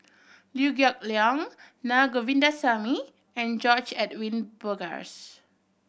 Liew Geok Leong Naa Govindasamy and George Edwin Bogaars